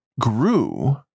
grew